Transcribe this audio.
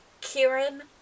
kieran